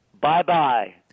bye-bye